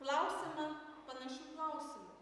klausiama panašių klausimų